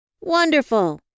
Wonderful